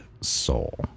Soul